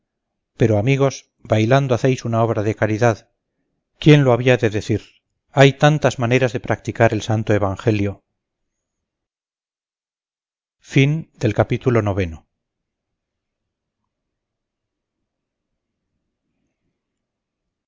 pero amigos bailando hacéis una obra de caridad quién lo había de decir hay tantas maneras de practicar el santo evangelio